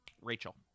Rachel